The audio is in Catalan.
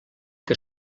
que